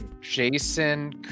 Jason